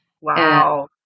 Wow